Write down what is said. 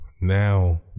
now